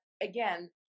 again